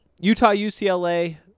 Utah-UCLA